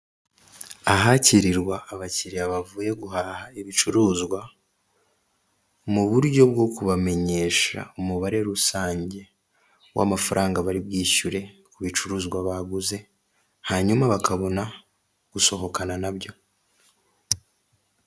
Ahakirirwa abakiriya bavuye guhaha ibicuruzwa, mu buryo bwo kubamenyesha umubare rusange w'amafaranga bari bwishyure ku bicuruzwa baguze, hanyuma bakabona gusohokana na byo.